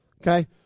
Okay